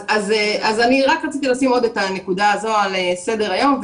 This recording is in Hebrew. אז רציתי לשים את הנקודה הזאת על סדר היום.